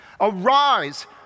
Arise